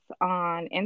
on